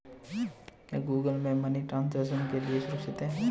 क्या Google Pay money transfer के लिए सुरक्षित है?